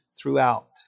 throughout